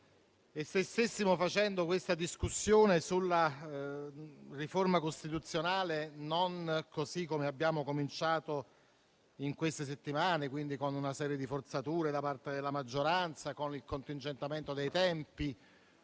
e se stessimo facendo questa discussione sulla riforma costituzionale non così come abbiamo cominciato in queste settimane, con una serie di forzature da parte della maggioranza, con il contingentamento dei tempi,